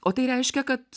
o tai reiškia kad